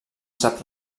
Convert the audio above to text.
sap